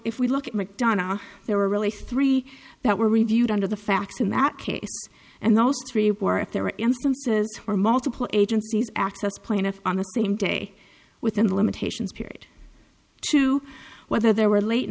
if we look at mcdonogh there were really three that were reviewed under the facts in that case and those three were if there were instances where multiple agencies accessed plaintiff on the same day within limitations period to whether there were late